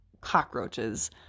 cockroaches